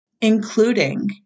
including